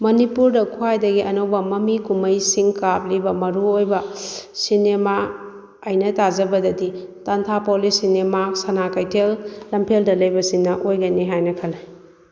ꯃꯅꯤꯄꯨꯔꯗ ꯈ꯭ꯋꯥꯏꯗꯒꯤ ꯑꯅꯧꯕ ꯃꯃꯤ ꯀꯨꯝꯍꯩꯁꯤꯡ ꯀꯥꯞꯂꯤꯕ ꯃꯔꯨ ꯑꯣꯏꯕ ꯁꯤꯅꯦꯃꯥ ꯑꯩꯅ ꯇꯥꯖꯕꯗꯗꯤ ꯇꯥꯟꯊꯥ ꯄꯣꯂꯤ ꯁꯤꯅꯦꯃꯥ ꯁꯥꯅꯥ ꯀꯩꯊꯦꯜ ꯂꯝꯐꯦꯜꯗ ꯂꯩꯕꯁꯤꯅ ꯑꯣꯏꯒꯅꯤ ꯍꯥꯏꯅ ꯈꯜꯂꯦ